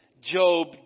Job